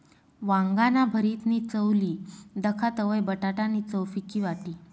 वांगाना भरीतनी चव ली दखा तवयं बटाटा नी चव फिकी वाटी